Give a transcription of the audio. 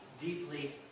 deeply